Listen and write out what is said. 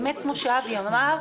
כפי שאבי ניסנקורן אמר,